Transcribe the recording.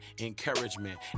encouragement